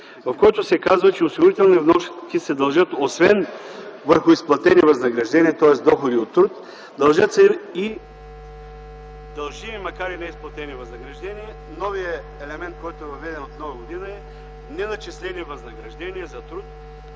в който се казва, че осигурителни вноски се дължат освен върху изплатени възнаграждения, тоест доходи от труд, и са дължими, макар и за неизплатени възнаграждения - новият елемент, който е въведен от Нова година, е неначислени възнаграждения за труд.